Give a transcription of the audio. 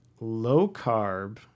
low-carb